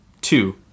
Two